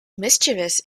mischievous